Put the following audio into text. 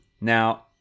Now